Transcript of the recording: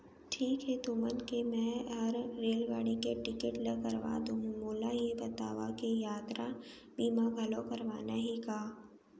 ठीक हे तुमन के मैं हर रेलगाड़ी के टिकिट ल करवा दुहूँ, मोला ये बतावा के यातरा बीमा घलौ करवाना हे का?